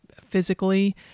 physically